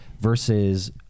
versus